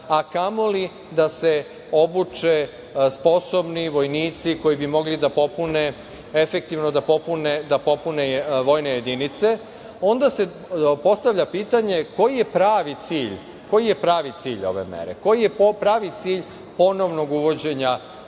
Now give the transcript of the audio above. a kamoli da se obuče sposobni vojnici koji bi mogli efektivno da popune vojne jedinice. Onda se postavlja pitanje – koji je pravi cilj ove mere, koji je pravi cilj ponovnog uvođenja